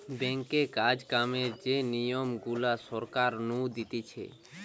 ব্যাঙ্কে কাজ কামের যে নিয়ম গুলা সরকার নু দিতেছে